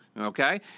okay